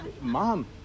mom